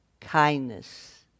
kindness